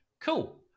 cool